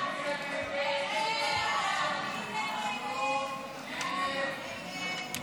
הסתייגות 4 לא נתקבלה.